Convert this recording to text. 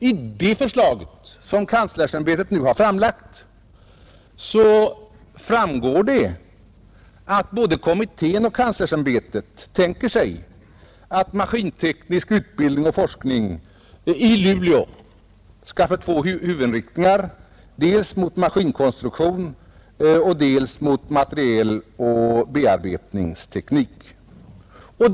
Av det förslag som kanslersämbetet nu har framlagt framgår det att både kommittén och kanslersämbetet tänker sig att maskinteknisk utbildning och forskning i Luleå skall få två huvudinriktningar: dels mot maskinkonstruktion, dels mot materieloch bearbetningsteknik.